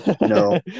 No